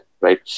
right